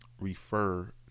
refer